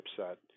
upset